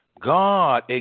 God